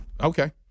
Okay